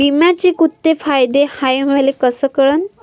बिम्याचे कुंते फायदे हाय मले कस कळन?